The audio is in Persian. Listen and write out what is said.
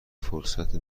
فرصت